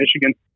Michigan